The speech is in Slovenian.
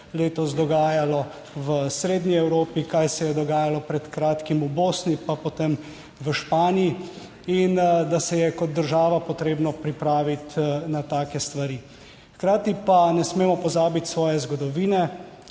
(nadaljevanje) Evropi, kaj se je dogajalo pred kratkim v Bosni pa potem v Španiji in da se je kot država potrebno pripraviti na take stvari. Hkrati pa ne smemo pozabiti svoje zgodovine,